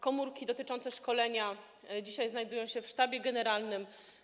Komórki dotyczące szkolenia dzisiaj znajdują się w Sztabie Generalnym.